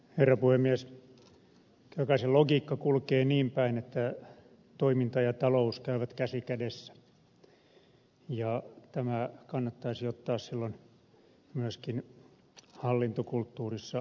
kyllä kai se logiikka kulkee niin päin että toiminta ja talous käyvät käsi kädessä ja tämä kannattaisi ottaa silloin myöskin hallintokulttuurissa huomioon